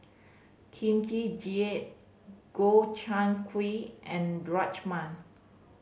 Kimchi Jjigae Gobchang Gui and Rajma